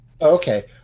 Okay